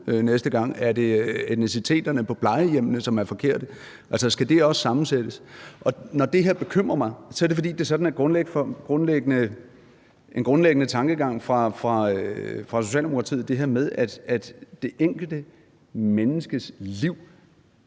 næste gang? Er det etniciteterne på plejehjemmene, som er forkerte? Altså, skal det også sammensættes? Når det her bekymrer mig, er det, fordi det er sådan en grundlæggende tankegang hos Socialdemokratiet – det her med, at det enkelte menneskes liv